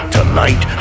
Tonight